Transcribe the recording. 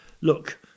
look